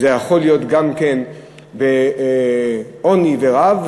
זה יכול להיות גם כן בעוני ורעב,